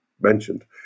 mentioned